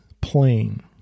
plain